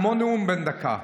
כמו נאום בן דקה.